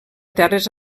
terres